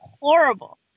horrible